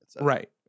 Right